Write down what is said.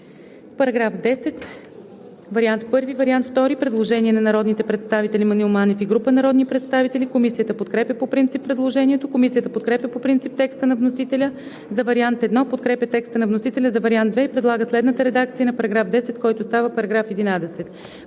Параграф 10 – вариант I и вариант II. Предложение на народния представител Маноил Манев и група народни представители. Комисията подкрепя по принцип предложението. Комисията подкрепя по принцип текста на вносителя за вариант I, подкрепя текста на вносителя за вариант II и предлага следната редакция на § 10, който става § 11: „§ 11.